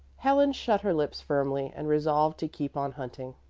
helen shut her lips firmly and resolved to keep on hunting.